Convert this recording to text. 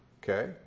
Okay